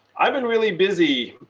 i've been really busy.